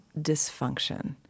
dysfunction